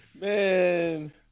Man